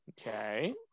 Okay